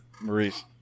Maurice